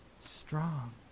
strong